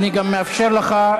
אני גם מאפשר לך,